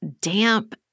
damp